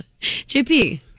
JP